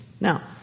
Now